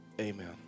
amen